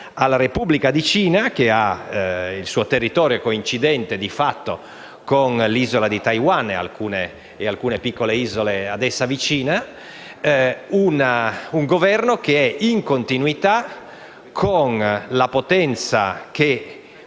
la Repubblica di Cina, il cui territorio coincide di fatto con l'isola di Taiwan, più alcune piccole isole ad essa vicine; un Governo che era in continuità con la potenza della